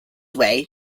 way